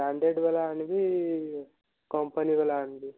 branded ବାଲା ଆଣିବି company ବାଲା ଆଣିବି